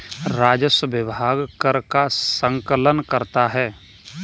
राजस्व विभाग कर का संकलन करता है